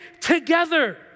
together